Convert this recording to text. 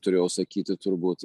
turėjau sakyti turbūt